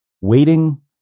waiting